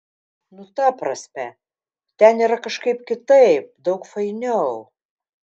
nu ta prasme ten yra kažkaip kitaip daug fainiau